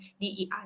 DEI